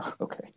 Okay